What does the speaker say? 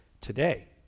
today